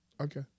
Okay